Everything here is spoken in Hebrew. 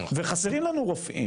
וחסרים לנו רופאים.